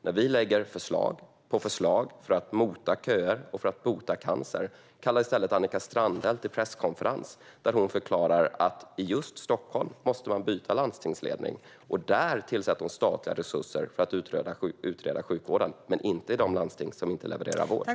När vi lägger fram förslag på förslag för att mota köer och bota cancer kallar Annika Strandhäll i stället till presskonferens, där hon förklarar att man i just Stockholm måste byta landstingsledning. Där tillsätter hon statliga resurser för att utreda sjukvården, men inte i de landsting som inte levererar vård.